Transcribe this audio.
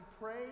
pray